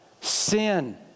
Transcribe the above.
Sin